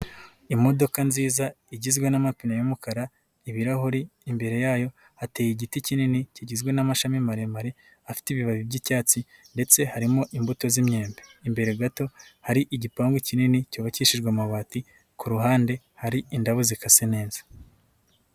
Imodoka nziza, igizwe n'amapine y'umukara, ibirahuri, imbere yayo hateye igiti kinini kigizwe n'amashami maremare afite ibibabi by'icyatsi ndetse harimo imbuto z'imyembe, imbere gato hari igipangu kinini cyubakishijwe amabati, ku ruhande hari indabo zikase neza.